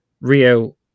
Rio